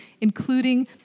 including